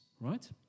right